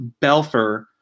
Belfer